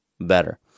better